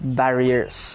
barriers